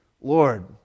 Lord